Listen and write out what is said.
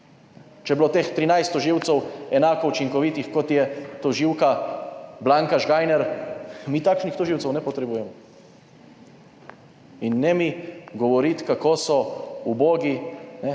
Če je bilo teh trinajst tožilcev enako učinkovitih, kot je tožilka Blanka Žgajnar, mi takšnih tožilcev ne potrebujemo, in ne mi govoriti, kako so ubogi.